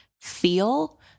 feel